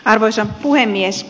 arvoisa puhemies